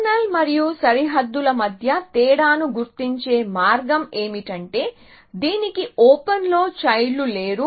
kernel మరియు సరిహద్దుల మధ్య తేడాను గుర్తించే మార్గం ఏమిటంటే దీనికి ఓపెన్లో చైల్డ్ లు లేరు